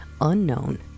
unknown